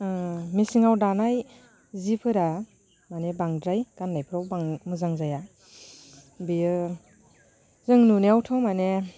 मेसिनाव दानाय सिफोरा माने बांद्राय गाननायफोराव मोजां जाया बेयो जों नुनायावथ' माने